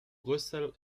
brüssel